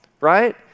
right